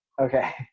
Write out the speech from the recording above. Okay